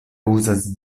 uzas